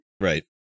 right